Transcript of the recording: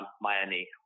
Miami